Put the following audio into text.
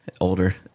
older